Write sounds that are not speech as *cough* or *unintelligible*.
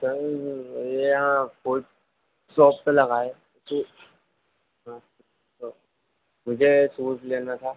sir मुझे यहाँ foot shop पे लगा है तो हाँ *unintelligible* तो मुझे सूज़ लेना था